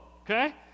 Okay